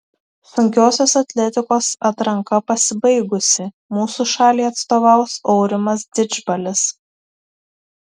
sunkiosios atletikos atranka pasibaigusi mūsų šaliai atstovaus aurimas didžbalis